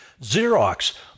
Xerox